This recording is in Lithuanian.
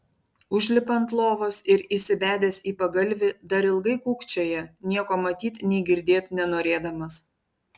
užlipa ant lovos ir įsibedęs į pagalvį dar ilgai kūkčioja nieko matyt nei girdėt nenorėdamas